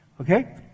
okay